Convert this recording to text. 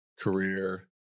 career